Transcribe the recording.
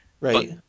Right